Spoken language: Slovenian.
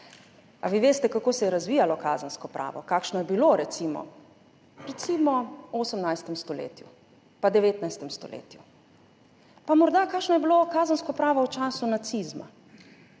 Ali vi veste, kako se je razvijalo kazensko pravo, kakšno je bilo recimo v 18. stoletju pa 19. stoletju? Pa morda, kakšno je bilo kazensko pravo v času nacizma?